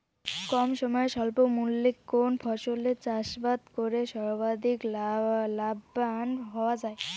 কম সময়ে স্বল্প মূল্যে কোন ফসলের চাষাবাদ করে সর্বাধিক লাভবান হওয়া য়ায়?